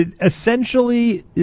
essentially